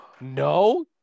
No